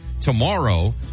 tomorrow